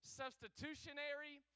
substitutionary